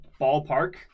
ballpark